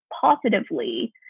positively